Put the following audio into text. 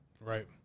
Right